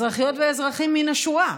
אזרחיות ואזרחים מן השורה,